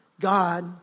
God